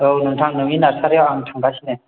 औ नोंथां नोंनि नारसारियाव आं थांगासिनो